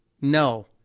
No